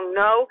no